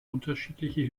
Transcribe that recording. unterschiedliche